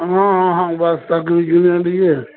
ହଁ ହଁ